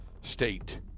state